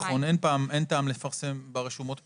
נכון, אין טעם לפרסם ברשומות פעמיים,